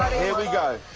here we go!